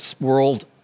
world